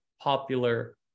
popular